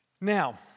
Now